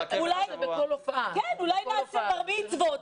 אולי נעשה בר מצווה.